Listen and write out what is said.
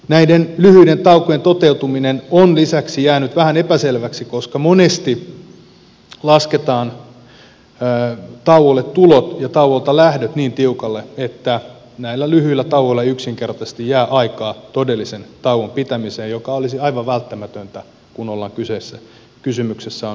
näiden lyhyiden taukojen toteutuminen on lisäksi jäänyt vähän epäselväksi koska monesti lasketaan tauolle tulot ja tauolta lähdöt niin tiukalle että näillä lyhyillä tauoilla ei yksinkertaisesti jää aikaa todellisen tauon pitämiseen mikä olisi aivan välttämätöntä kun kysymyksessä on moottoriajoneuvon kuljettaminen